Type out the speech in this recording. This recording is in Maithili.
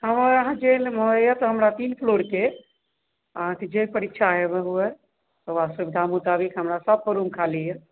कहबै अहाँ जे लेबै यऽ तऽ हमरा तीन फ्लोरके अहाँकेँ जाहि पर इच्छा हुअ ओहिके बाद सुविधा मुताबिक हमरा सबपर रूम खाली यऽ